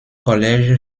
collège